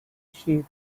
sheep